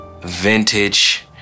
vintage